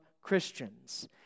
Christians